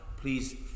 please